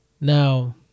Now